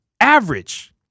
average